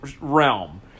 realm